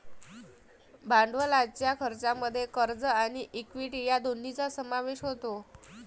भांडवलाच्या खर्चामध्ये कर्ज आणि इक्विटी या दोन्हींचा समावेश होतो